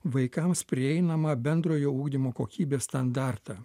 vaikams prieinamą bendrojo ugdymo kokybės standartą